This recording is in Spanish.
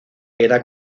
era